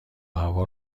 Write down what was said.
هوا